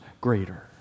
greater